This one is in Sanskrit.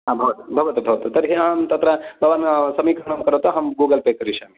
भवतु भवतु तर्हि अहं तत्र समीकरणं करोतु अहं गूगल् पे करिष्यामि